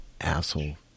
Asshole